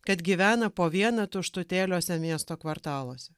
kad gyvena po vieną tuštutėliuose miesto kvartaluose